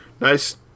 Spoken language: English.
nice